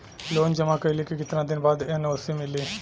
Loan जमा कइले के कितना दिन बाद एन.ओ.सी मिली?